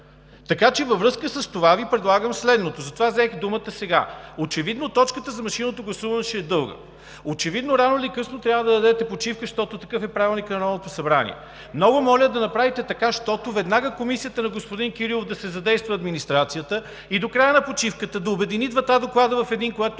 ръкави. Във връзка с това Ви предлагам следното. Затова взех думата сега. Очевидно точката за машинното гласуване ще е дълга. Очевидно рано или късно ще трябва да дадете почивка, защото такъв е Правилникът на Народно събрание. Много моля да направите така, щото веднага в Комисията на господин Кирилов да се задейства администрацията и до края на почивката да обедини двата доклада в един, което